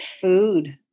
food